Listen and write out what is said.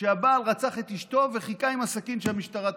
שבו הבעל רצח את אשתו וחיכה עם הסכין שהמשטרה תבוא.